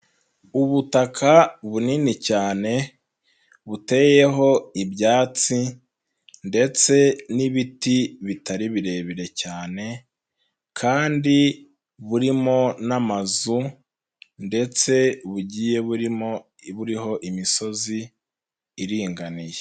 Ubutaka bunini cyane buteyeho ibyatsi ndetse n'ibiti bitari birebire cyane kandi burimo n'amazu ndetse bugiye burimo buriho imisozi iringaniye.